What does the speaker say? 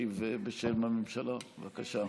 להשיב בשם הממשלה, בבקשה.